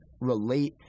relate